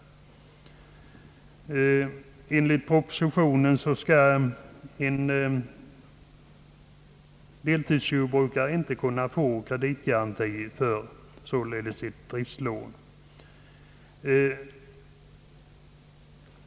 Enligt propositionen skall en deltidsjordbrukare inte kunna få kreditgaranti för ett driftslån.